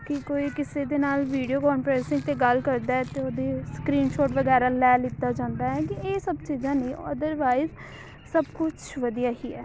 ਕਿ ਕੋਈ ਕਿਸੇ ਦੇ ਨਾਲ ਵੀਡੀਓ ਕੋਂਨਫਰੈਂਸਿੰਗ 'ਤੇ ਗੱਲ ਕਰਦਾ ਹੈ ਤਾਂ ਉਹਦੀ ਸਕਰੀਨਸ਼ੋਟ ਵਗੈਰਾ ਲੈ ਲਿੱਤਾ ਜਾਂਦਾ ਹੈ ਕਿ ਇਹ ਸਭ ਚੀਜ਼ਾਂ ਨੇ ਅਦਰਵਾਈਜ਼ ਸਭ ਕੁਛ ਵਧੀਆ ਹੀ ਹੈ